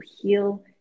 Heal